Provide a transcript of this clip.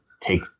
take